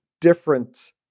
different